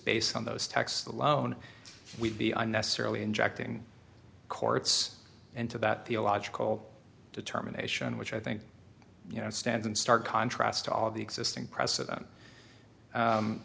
based on those texts alone we'd be unnecessarily injecting courts into that theological determination which i think you know stands in stark contrast to all of the existing precedent